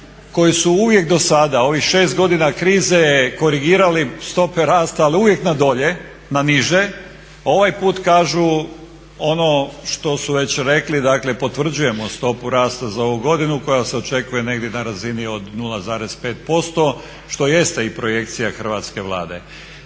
koji su uvijek do sada ovih 6 godina krize korigirali stope rasta ali uvijek na dolje, na niže ovaj put kažu ono što su već rekli. Dakle, potvrđujemo stopu rasta za ovu godinu koja se očekuje negdje na razini od 0,5% što jeste i projekcija hrvatske Vlade.